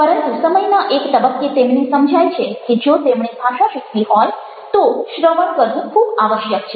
પરંતુ સમયના એક તબક્કે તેમને સમજાય છે કે જો તેમણે ભાષા શીખવી હોય તો શ્રવણ કરવું ખૂબ આવશ્યક છે